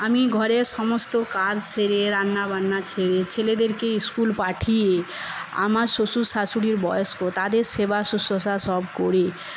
আমি ঘরে সমস্ত কাজ সেরে রান্না বান্না সেরে ছেলেদেরকে স্কুল পাঠিয়ে আমার শ্বশুর শাশুড়ির বয়স্ক তাদের সেবা শুশ্রূষা সব করে